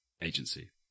agency